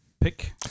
pick